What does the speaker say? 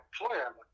employer